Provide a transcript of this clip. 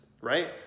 right